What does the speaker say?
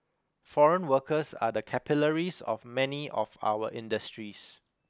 foreign workers are the capillaries of many of our industries